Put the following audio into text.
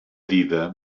dida